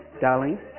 darling